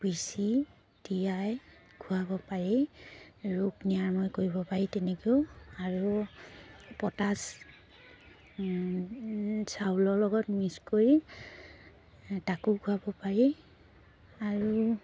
পিচি তিয়াই খোৱাব পাৰি ৰোগ নিৰাময় কৰিব পাৰি তেনেকৈও আৰু পটাছ চাউলৰ লগত মিক্স কৰি তাকো খোৱাব পাৰি আৰু